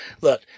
look